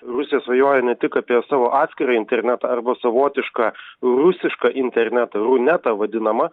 rusija svajoja ne tik apie savo atskirą internetą arba savotišką rusišką internetą runetą vadinamą